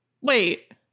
Wait